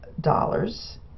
dollars